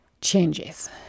changes